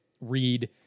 read